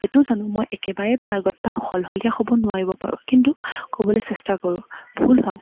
এইটোও জানো মই একেবাৰে পাৰ্গত বা শলশলীয়া হ'ব নোৱাৰিব পাৰোঁ কিন্তু ক'বলৈ চেষ্টা কৰোঁ ভুল হওক